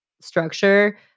structure